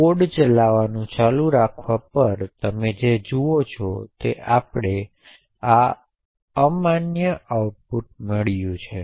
code ચલાવવાનું ચાલુ રાખવા પર તમે જે જુઓ છો તે આપણને અમાન્ય દૂષિત આઉટપુટ મળ્યું છે